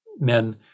men